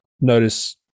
notice